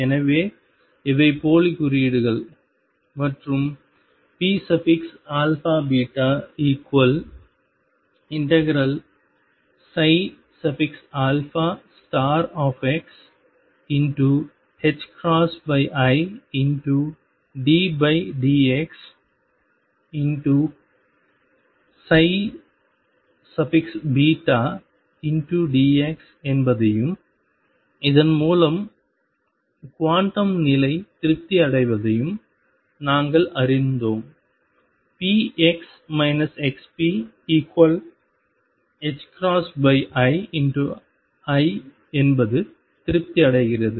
எனவே இவை போலி குறியீடுகள் மற்றும் pαβ∫xiddx dx என்பதையும் இதன் மூலம் குவாண்டம் நிலை திருப்தி அடைவதையும் நாங்கள் அறிந்தோம் px xpi I என்பது திருப்தி அடைகிறது